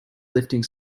lifting